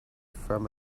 from